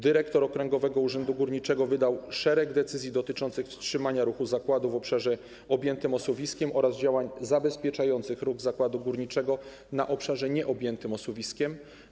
Dyrektor okręgowego urzędu górniczego wydał szereg decyzji dotyczących wstrzymania ruchu zakładu w obszarze objętym osuwiskiem oraz działań zabezpieczających ruch zakładu górniczego na obszarze nieobjętym osuwiskiem.